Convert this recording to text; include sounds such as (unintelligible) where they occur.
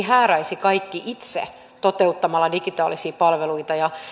(unintelligible) hääräisi kaikki itse toteuttamalla digitaalisia palveluita